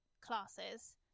classes